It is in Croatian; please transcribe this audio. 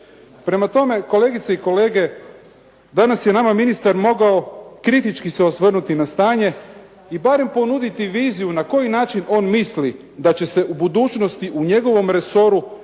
Prema tome kolegice i kolege danas je nama ministar mogao kritički se osvrnuti na stanje i barem ponuditi viziju na koji način on misli da će se u budućnosti u njegovom resoru povećati